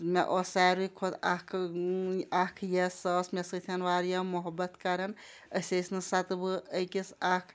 مےٚ اوس ساروی کھۄت اَکھ اَکھ یَس سۄ ٲس مےٚ سۭتۍ واریاہ محبت کَران أسۍ ٲسۍ نہٕ سۄ تہٕ بہٕ أکِس اَکھ